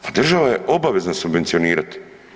Pa država je obavezna subvencionirati.